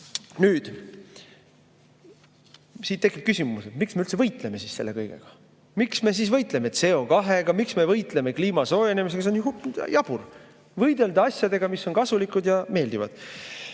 Nüüd tekib küsimus, miks me üldse võitleme selle kõigega. Miks me siis võitleme CO2-ga, miks me võitleme kliima soojenemisega? See on ju jabur! Võidelda asjadega, mis on kasulikud ja meeldivad.